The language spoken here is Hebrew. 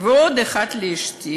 ועוד אחת לאשתי.